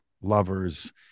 lovers